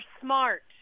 smart